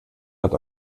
hat